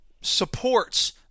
supports